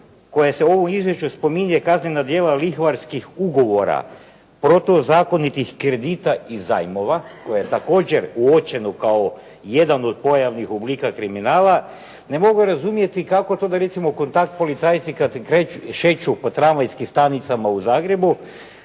koje se u ovom izvješću spominje kaznena djela lihvarskih ugovora, protuzakonitih kredita i zajmove koje je također uočeno kao jedan od pojavnih oblika kriminala ne mogu razumjeti kako to da recimo kontakt policajci kada šeću po tramvajskim stanicama u Zagrebu